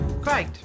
Great